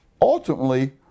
ultimately